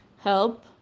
help